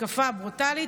המתקפה הברוטלית,